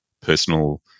personal